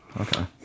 Okay